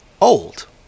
old